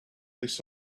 this